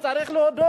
צריך להודות,